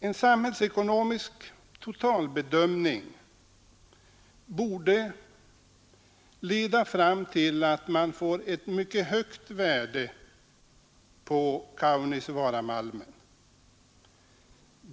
En samhällsekonomisk totalbedömning borde leda fram till att Kaunisvaaramalmen åsätts ett mycket högt värde.